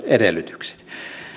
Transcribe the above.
edellytykset